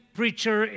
preacher